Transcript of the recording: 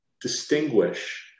distinguish